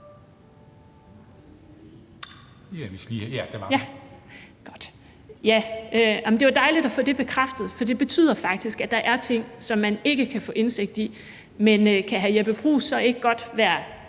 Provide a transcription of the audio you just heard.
Det var dejligt at få det bekræftet, for det betyder faktisk, at der er ting, som man ikke kan få indsigt i. Men kan hr. Jeppe Bruus så ikke godt være